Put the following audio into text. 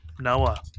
Noah